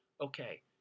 okay